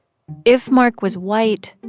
if mark was white,